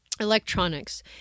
electronics